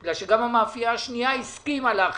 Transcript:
כי גם המאפייה השנייה הסכימה להחליף,